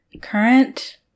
Current